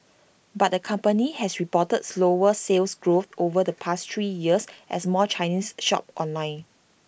but the company has reported slower Sales Growth over the past three years as more Chinese shop online